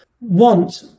want